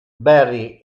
barry